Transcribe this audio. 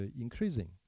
increasing